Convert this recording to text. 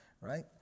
right